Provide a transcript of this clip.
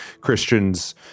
Christians